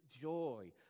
joy